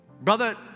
Brother